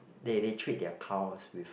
they they treat their cows with